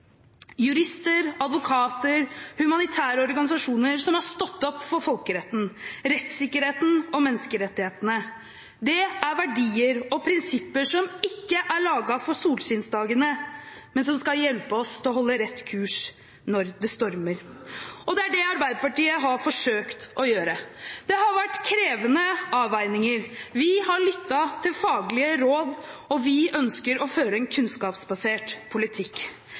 jurister, advokater og humanitære organisasjoner som har stått opp for folkeretten, rettssikkerheten og menneskerettighetene. Det er verdier og prinsipper som ikke er laget for solskinnsdagene, men som skal hjelpe oss til å holde rett kurs når det stormer. Og det er det Arbeiderpartiet har forsøkt å gjøre. Det har vært krevende avveininger. Vi har lyttet til faglige råd, og vi ønsker å føre en kunnskapsbasert politikk.